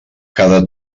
cada